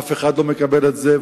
אף אחד לא מקבל את זה,